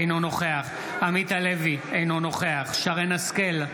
אינו נוכח עמית הלוי, אינו נוכח שרן מרים השכל,